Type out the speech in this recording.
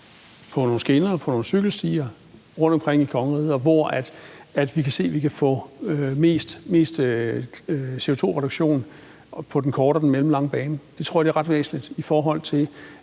på skinner, på cykelstier rundtomkring i kongeriget, og hvor vi kan se at vi kan få mest CO₂-reduktion på den korte og den mellemlange bane. Det tror jeg er ret væsentligt, i forhold til